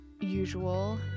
usual